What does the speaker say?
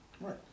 right